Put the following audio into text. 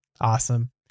Awesome